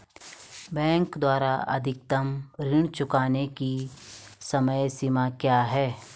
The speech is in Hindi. बैंक द्वारा अधिकतम ऋण चुकाने की समय सीमा क्या है?